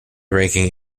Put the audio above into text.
ranking